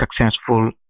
successful